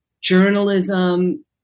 journalism